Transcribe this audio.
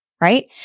Right